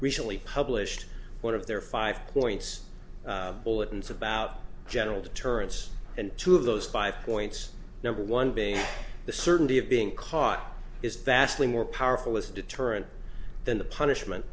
recently published one of their five points bulletins about general deterrence and two of those five points number one being the certainty of being caught is that's really more powerful as a deterrent than the punishment